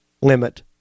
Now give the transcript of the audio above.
limit